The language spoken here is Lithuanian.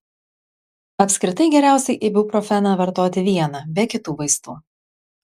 apskritai geriausiai ibuprofeną vartoti vieną be kitų vaistų